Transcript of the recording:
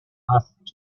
asked